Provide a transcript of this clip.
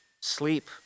sleep